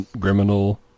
criminal